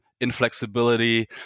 inflexibility